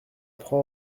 prend